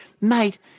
Mate